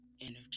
energy